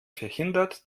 verhindert